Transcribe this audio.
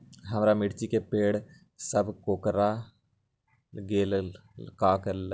हमारा मिर्ची के पेड़ सब कोकरा गेल का करी?